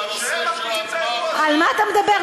בנושא של ההצבעה, על מה אתה מדבר?